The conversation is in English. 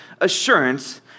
assurance